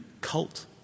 cult